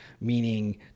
meaning